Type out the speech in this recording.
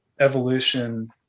evolution